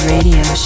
Radio